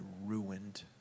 ruined